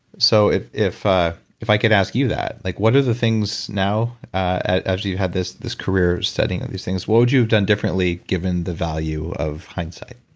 so if if ah i could ask you that, like what are the things now, as you you had this this career studying these things, what would you have done differently given the value of hindsight?